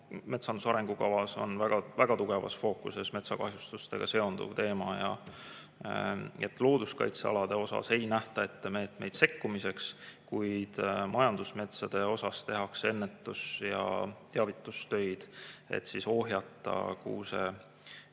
metsanduse arengukavas on väga tugevas fookuses metsakahjustustega seonduv teema. Looduskaitsealade puhul ei nähta ette meetmeid sekkumiseks, kuid majandusmetsade puhul tehakse ennetus‑ ja teavitustöid, et ohjata